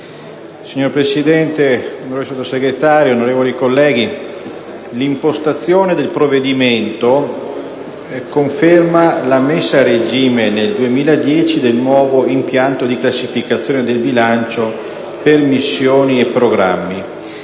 Signor Presidente, signor Sottosegretario, onorevoli colleghi, l'impostazione del provvedimento conferma la messa a regime nel 2010 del nuovo impianto di classificazione del bilancio per missioni e programmi,